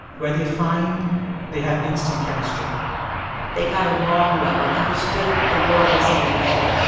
where they find they have instant chemistry they got along well. they understood the world the same way.